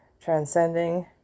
transcending